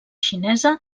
xinesa